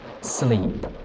sleep